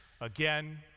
again